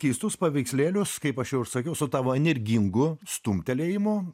keistus paveikslėlius kaip aš jau ir sakiau su tavo energingu stumtelėjimu